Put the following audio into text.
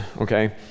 okay